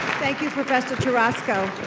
thank you, professor tarasko.